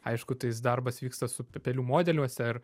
aišku tais darbas vyksta su pelių modeliuose ir